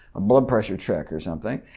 a blood pressure check or something,